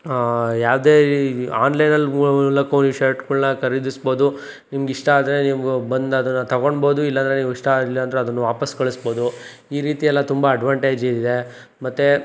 ಯಾವುದೇ ಈ ಆನ್ಲೈನಲ್ಲಿ ಮೂಲಕವೂ ನೀವು ಶರ್ಟ್ಗಳನ್ನ ಖರೀದಿಸಬಹುದು ನಿಮ್ಗೆ ಇಷ್ಟ ಆದರೆ ನೀವು ಬಂಧ ಅದನ್ನು ತಗೊಳ್ಬೋದು ಇಲ್ಲ ಅಂದರೆ ನಿಮ್ಗೆ ಇಷ್ಟ ಆಗಿಲ್ಲಾಂದರೆ ಅದನ್ನ ವಾಪಾಸ್ ಕಳಿಸ್ಬೋದು ಈ ರೀತಿ ಎಲ್ಲ ತುಂಬ ಅಡ್ವಾಂಟೇಜ್ ಇದೆ ಮತ್ತೆ